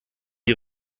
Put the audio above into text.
die